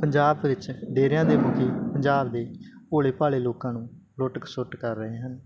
ਪੰਜਾਬ ਵਿੱਚ ਡੇਰਿਆਂ ਦੇ ਮੁਖੀ ਪੰਜਾਬ ਦੇ ਭੋਲੇ ਭਾਲੇ ਲੋਕਾਂ ਨੂੰ ਲੁੱਟ ਖਸੁੱਟ ਕਰ ਰਹੇ ਹਨ